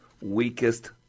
weakest